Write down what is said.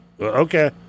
okay